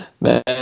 Man